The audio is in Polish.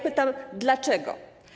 Pytam, dlaczego.